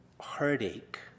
heartache